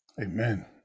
Amen